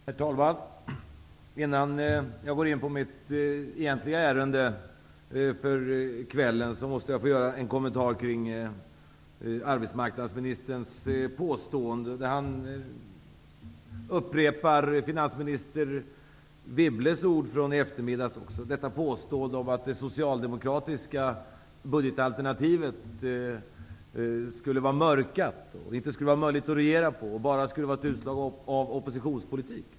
Herr talman! Innan jag går in på mitt egentliga ärende för kvällen, ber jag att få kommentera arbetsmarknadsministerns påstående -- han upprepar också finansminister Anne Wibbles ord från i eftermiddags. Det påstås att det socialdemokratiska budgetalternativet skulle vara mörkat. Det skulle inte ge möjlighet till att regera utan bara vara ett utslag av oppositionspolitik.